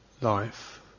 life